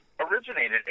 originated